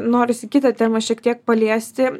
norisi kitą temą šiek tiek paliesti